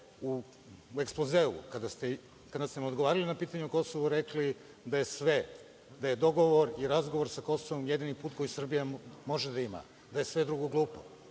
u ekspozeu, kada ste nam odgovarali na pitanja o Kosovu, rekli da je dogovor i razgovor sa Kosovom jedini put koji Srbija može da ima, da je sve drugo glupo.